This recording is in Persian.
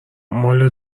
مال